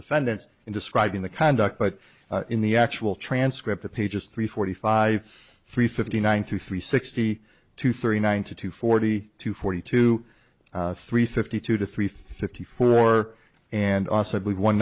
defendants in describing the conduct but in the actual transcript of pages three forty five three fifty one through three sixty two thirty nine to two forty two forty two three fifty two to three fifty four and also i believe one